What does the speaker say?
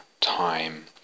time